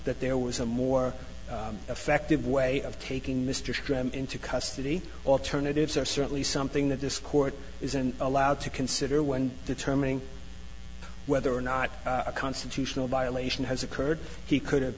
that there was a more effective way of taking mr graham into custody alternatives are certainly something that this court isn't allowed to consider when determining whether or not a constitutional violation has occurred he could